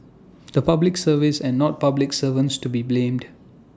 the Public Service and not public servants to be blamed